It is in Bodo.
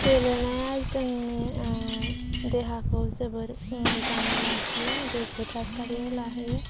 गेलोनाया जोंनि देहाखौ जोबोर मोजाङै लाखियो गोगो थासारियाव लाहोयो